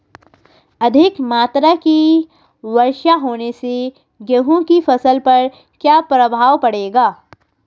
अधिक मात्रा की वर्षा होने से गेहूँ की फसल पर क्या प्रभाव पड़ेगा?